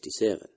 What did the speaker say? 1967